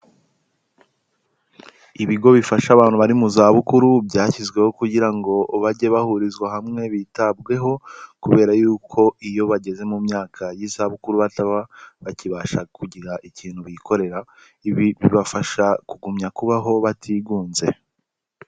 Ibigo bifasha abantu bari mu zabukuru, byashyizweho kugira ngo bajye bahurizwa hamwe bitabweho, kubera yuko iyo bageze mu myaka y'izabukuru bataba bakibasha kugira ikintu bikorera ibi bibafasha kugumya kubaho batigunze.